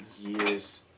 years